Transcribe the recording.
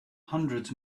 hundreds